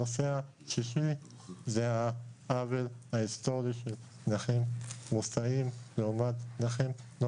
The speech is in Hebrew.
הנושא השישי הוא העוול ההיסטורי שנכים מופלים לעומת נכים...